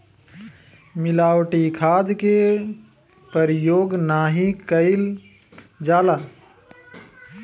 मिलावटी खाद के परयोग नाही कईल जाला